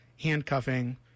handcuffing